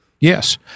Yes